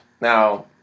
now